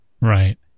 Right